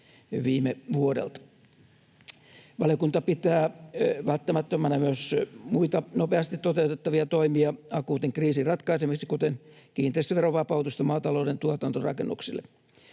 viime vuodelta. Valiokunta pitää välttämättömänä myös muita nopeasti toteutettavia toimia akuutin kriisin ratkaisemiseksi, kuten kiinteistöveron vapautusta maatalouden tuotantorakennuksille.